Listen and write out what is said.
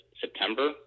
September